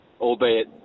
Albeit